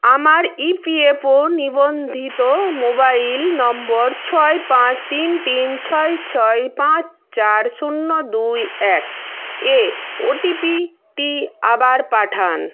আমার ইপিএফও নিবন্ধিত mobile number ছয় পাঁচ তিন তিন ছয় ছয় পাঁচ চার শূন্য দুই এক এ ওটিপিটি আবার পাঠান